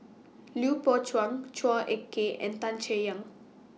Lui Pao Chuen Chua Ek Kay and Tan Chay Yan